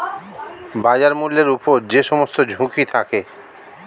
বাজার মূল্যের উপর যে সমস্ত ঝুঁকি থাকে